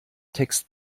text